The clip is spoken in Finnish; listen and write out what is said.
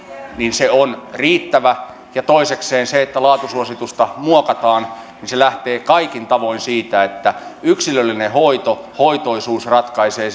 on riittävä ja toisekseen se että laatusuositusta muokataan lähtee kaikin tavoin siitä että yksilöllinen hoidon tarve hoitoisuus ratkaisee